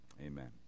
Amen